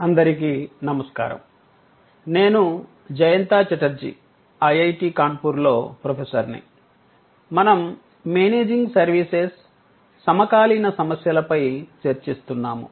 అందరికీ నమస్కారం నేను జయంత ఛటర్జీ ఐఐటి కాన్పూర్ లో ప్రొఫెసర్ ని మనం మేనేజింగ్ సర్వీసెస్ సమకాలీన సమస్యలపై చర్చిస్తున్నాము